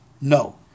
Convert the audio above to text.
no